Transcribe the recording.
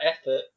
effort